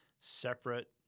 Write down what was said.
separate